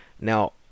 Now